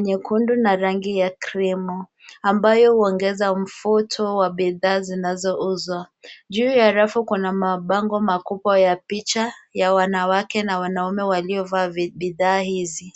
nyekundu na krimu, ambayo zinaongeza mvuto wa bidhaa hizo. Juu ya rafu kuna mabango makubwa yenye picha za wanawake na wanaume waliovaa bidhaa hizi.